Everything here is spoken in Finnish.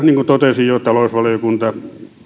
niin kuin totesin jo talousvaliokunta